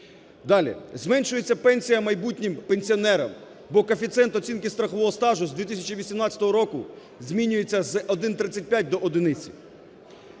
Далі. Зменшується пенсія майбутнім пенсіонерам, бо коефіцієнт оцінки страхового стажу з 2018 року змінюється з 1,35 до